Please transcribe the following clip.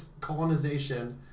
colonization